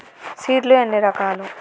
Seed లు ఎన్ని రకాలు?